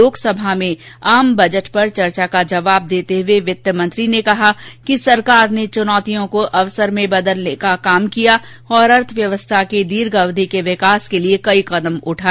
लोकसभा में आज आम बजट पर चर्चा का जवाब देते हुए वित्त मंत्री ने कहा कि सरकार ने चुनौतियों को अवसर में बदलने का काम किया और अर्थव्यवस्था के दीर्घ अवधि के विकास के लिए कई कदम उठाए